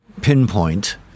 pinpoint